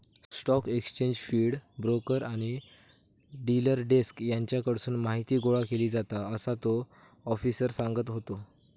stock exchange feed, broker आणि dealer desk हेच्याकडसून माहीती गोळा केली जाता, असा तो आफिसर सांगत होतो